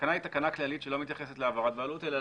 התקנה היא תקנה כללית שלא מתייחסת להעברת בעלות אלא